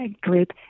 group